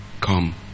come